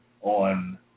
on